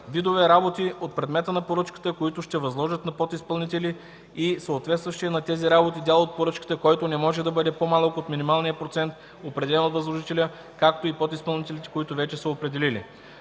видове работи от предмета на поръчката, които ще възложат на подизпълнители, и съответстващия на тези работи дял от поръчката, който не може да бъде по-малък от минималния процент, определен от възложителя, както и подизпълнителите, които вече са определили.”